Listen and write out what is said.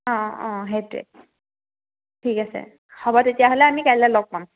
অঁ অঁ সেইটোৱে ঠিক আছে হ'ব তেতিয়াহ'লে আমি কাইলৈ লগ পাম